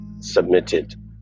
submitted